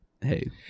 hey